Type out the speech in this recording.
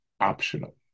optional